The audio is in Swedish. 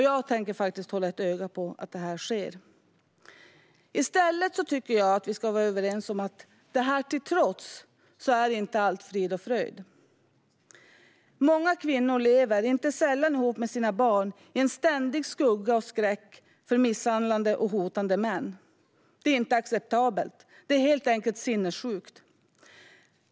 Jag tänker faktiskt hålla ett öga på att det sker. I stället tycker jag att vi ska vara överens om att allt, detta till trots, inte är frid och fröjd. Många kvinnor lever - inte sällan ihop med sina barn - i ständig skugga av och skräck för misshandlande och hotande män. Det är inte acceptabelt. Det är helt enkelt sinnessjukt.